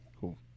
Cool